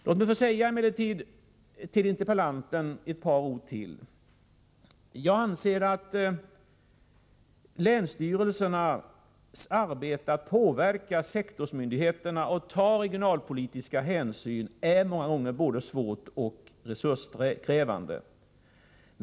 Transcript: Låt mig säga ytterligare ett par ord till interpellanten. Jag anser att länsstyrelsernas arbete för att påverka sektorsmyndigheterna och för att ta regionalpolitiska hänsyn många gånger är både svårt och resurskrävande.